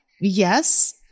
yes